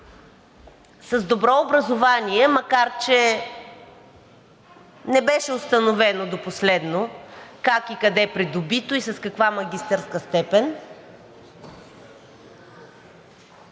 с добро образование, макар че не беше установено до последно как и къде е придобито и с каква магистърска степен.